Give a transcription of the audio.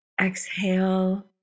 Exhale